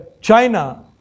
China